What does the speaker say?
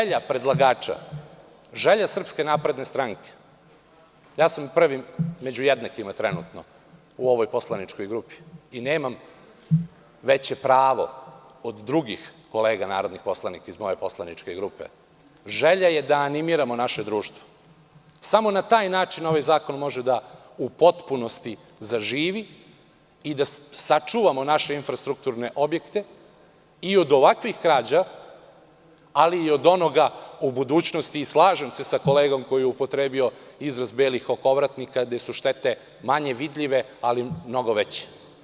Želja predlagača, želja SNS, ja sam prvi među jednakima trenutno u ovoj poslaničkoj grupi i nemam veće pravo od drugih kolega narodnih poslanika iz moje poslaničke grupe, želja je da animiramo naše društvo, jer samo na taj način ovaj zakon može u potpunosti da zaživi i da sačuvamo naše infrastrukturne objekte i od ovakvih krađa, ali i od onoga u budućnosti, i slažem se sa kolegom koji je upotrebio izraz „belih okovratnika“ gde su štete manje vidljive ali mnogo veće.